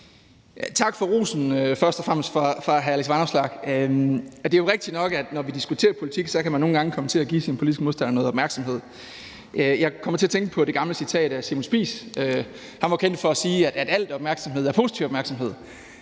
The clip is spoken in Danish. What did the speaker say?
tak for rosen fra hr. Alex Vanopslagh. Det er jo rigtigt nok, at når vi diskuterer politik, kan man nogle gange komme til at give sine politiske modstandere noget opmærksomhed. Jeg kommer til at tænke på det gamle citat af Simon Spies. Han var kendt for at sige, at al opmærksomhed er positiv opmærksomhed.